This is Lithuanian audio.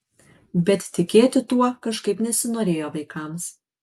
bet tikėti tuo kažkaip nesinorėjo vaikams